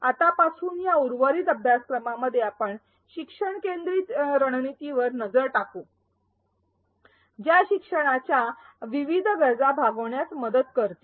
आतापासून या उर्वरित अभ्यासक्रमामध्ये आपण शिक्षण केंद्रित रणनीतींवर नजर टाकू ज्या शिक्षणाच्या विविध गरजा भागविण्यास मदत करतील